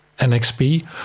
NXP